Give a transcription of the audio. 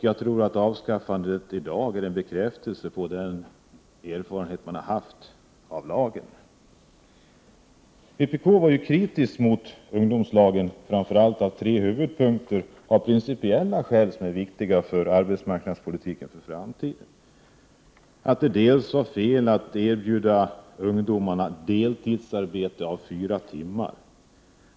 Jag tror att avskaffandet i dag är en bekräftelse på den erfarenhet man har haft av lagen. Vpk var kritiskt mot ungdomslagen framför allt av tre huvudskäl, av tre principiella skäl som är viktiga för arbetsmarknadspolitiken i framtiden. Det var fel att erbjuda ungdomarna deltidsarbete om fyra timmar.